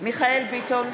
מיכאל מרדכי ביטון,